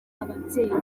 ababyeyi